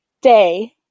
day